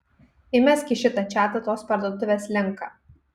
įmesk į šitą čatą tos parduotuvės linką